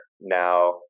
now